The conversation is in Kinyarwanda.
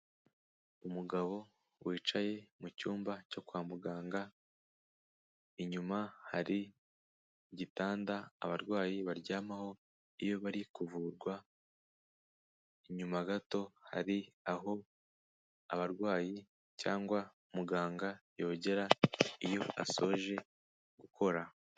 Umugabo wicaye mu cyumba cyo kwa muganga, inyuma hari igitanda abarwayi baryamaho iyo bari kuvurwa, inyuma gato hari aho abarwayi cyangwa muganga yogera iyo asoje gukora.